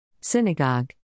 Synagogue